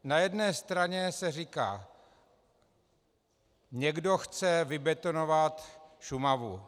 Na jedné straně se říká: někdo chce vybetonovat Šumavu.